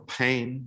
pain